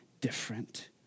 different